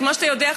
כמו שאתה יודע,